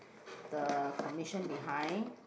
the commission behind